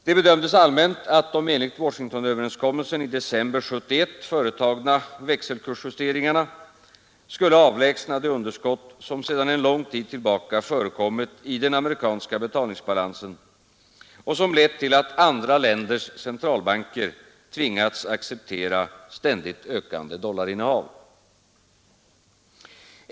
Det bedömdes allmänt att de enligt Washingtonöverenskommelsen i december 1971 företagna växelkursjusteringarna skulle avlägsna det underskott som sedan en lång tid tillbaka förekommit i den amerikanska betalningsbalansen och som lett till att andra länders centralbanker tvingats acceptera ständigt ökande dollarinnehav.